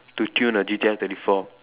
to tune a G_T_R thirty four